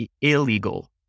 illegal